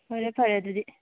ꯐꯔꯦ ꯐꯔꯦ ꯑꯗꯨꯗꯤ